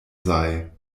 sei